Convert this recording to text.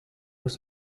was